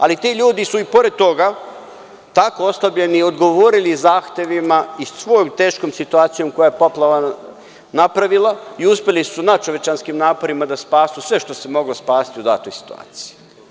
Ali, ti ljudi su i pored toga tako oslabljeni odgovorili zahtevima i svom teškom situacijom koju je poplava napravila i uspeli su nadčovečanskim naporima da spasu sve što se moglo spasti u datoj situaciji.